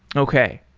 okay.